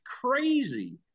crazy